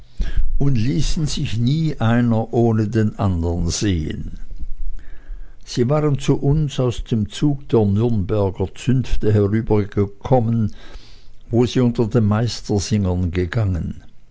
und ließen sich nie einer ohne den andern sehen sie waren zu uns aus dem zug der nürnberger zünfte herübergekommen wo sie unter den meistersingern gegangen